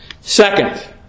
Second